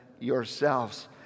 yourselves